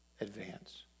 advance